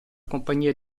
compagnia